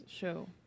show